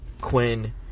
Quinn